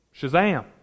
shazam